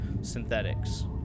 synthetics